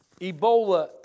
Ebola